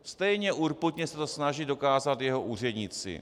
Stejně urputně se to snaží dokázat jeho úředníci.